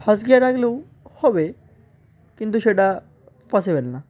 first গিয়ারে রাখলেও হবে কিন্তু সেটা পসিবল না